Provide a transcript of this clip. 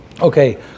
Okay